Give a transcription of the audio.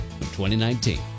2019